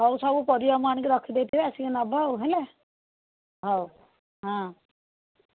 ହଉ ସବୁ ପରିବା ମୁଁ ଆଣିକି ରଖିଦେଇଥିବି ଆସିକି ନେବ ଆଉ ହେଲା ହଉ ହଁ